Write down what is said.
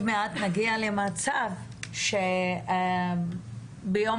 לפני יומיים מישהי אמרה לי שעוד מעט נגיע למצב שביום